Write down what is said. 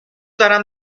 دارم